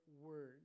word